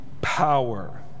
power